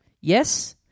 Yes